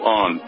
on